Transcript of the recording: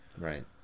right